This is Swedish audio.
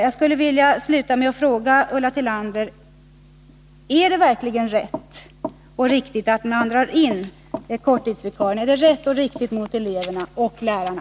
Jag skulle vilja sluta med att fråga Ulla Tillander: Är det verkligen rätt att man drar in korttidsvikarierna? Är det rätt mot eleverna och lärarna?